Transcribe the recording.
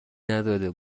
نداده